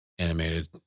Animated